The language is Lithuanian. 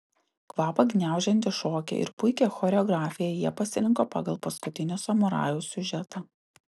kvapą gniaužiantį šokį ir puikią choreografiją jie pasirinko pagal paskutinio samurajaus siužetą